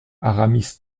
aramis